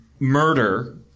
murder